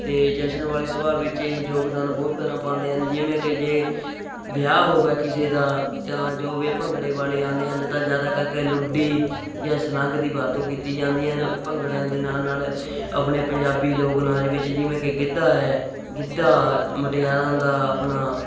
ਅਤੇ ਜਸ਼ਨ ਵਾਲੇ ਸੁਭਾਅ ਵਿੱਚ ਇਹ ਯੋਗਦਾਨ ਬਹੁਤ ਤਰ੍ਹਾਂ ਪਾਉਂਦੇ ਹਨ ਜਿਵੇਂ ਕਿ ਜੇ ਵਿਆਹ ਹੋਵੇ ਕਿਸੇ ਦਾ ਤਾਂ ਜੋ ਵੀ ਭੰਗੜੇ ਵਾਲੇ ਆਉਂਦੇ ਹਨ ਤਾਂ ਜ਼ਿਆਦਾ ਕਰਕੇ ਲੁੱਡੀ ਜਾਂ ਸ਼ਲਾਂਘ ਦੀ ਵਰਤੋਂ ਕੀਤੀ ਜਾਂਦੀ ਹਨ ਭੰਗੜਿਆਂ ਦੇ ਨਾਲ ਨਾਲ ਆਪਣੇ ਪੰਜਾਬੀ ਲੋਕ ਨਾਚ ਵਿੱਚ ਜਿਵੇਂ ਕਿ ਗਿੱਧਾ ਹੈ ਗਿੱਧਾ ਮੁਟਿਆਰਾਂ ਦਾ ਆਪਣਾ